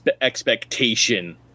expectation